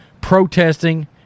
protesting